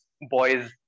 boys